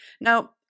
Now